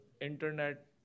internet